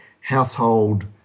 household